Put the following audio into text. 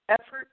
effort